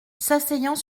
s’asseyant